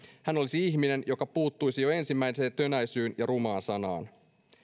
hän olisi ihminen joka puuttuisi jo ensimmäiseen tönäisyyn ja rumaan sanaan